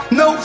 no